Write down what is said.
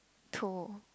to